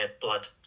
blood